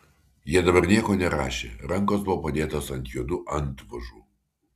jie dabar nieko nerašė rankos buvo padėtos ant juodų antvožų